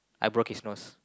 I broke his nose